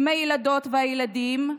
עם הילדות והילדים,